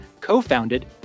co-founded